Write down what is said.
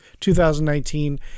2019